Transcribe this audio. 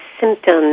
symptoms